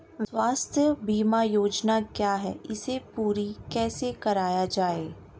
स्वास्थ्य बीमा योजना क्या है इसे पूरी कैसे कराया जाए?